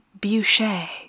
Boucher